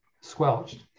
squelched